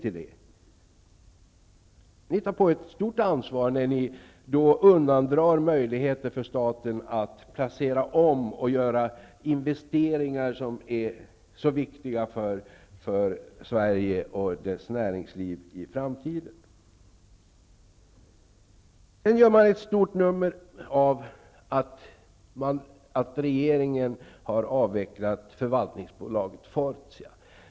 Ni tar på er ett stort ansvar när ni undandrar staten möjligheten att placera om och investera i sådant som är viktigt för Sverige och näringslivet i framtiden. Vidare görs det ett stort nummer av att regeringen har låtit avveckla förvaltningsbolaget Fortia.